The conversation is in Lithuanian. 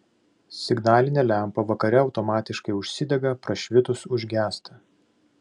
signalinė lempa vakare automatiškai užsidega prašvitus užgęsta